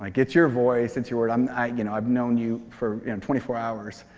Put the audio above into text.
like it's your voice, it's yours. um i've you know i've known you for twenty four hours.